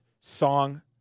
song